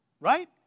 right